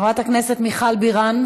חברת הכנסת מיכל בירן,